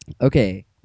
okay